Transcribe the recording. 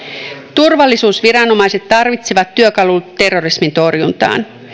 turvallisuusviranomaiset tarvitsevat työkalut terrorismin torjuntaan